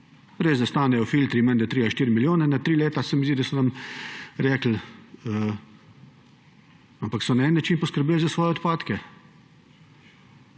Resda stanejo filtri menda 3 ali 4 milijone na tri leta, se mi zdi, da so nam rekli, ampak so na en način poskrbeli za svoje odpadke,